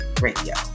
Radio